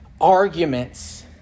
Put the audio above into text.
arguments